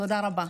תודה רבה.